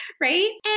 Right